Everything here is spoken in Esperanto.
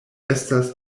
estas